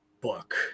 book